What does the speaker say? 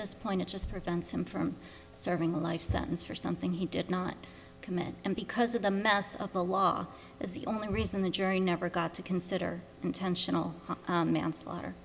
this point it's just prevents him from serving a life sentence for something he did not commit and because of the mess the law is the only reason the jury never got to consider intentional manslaughter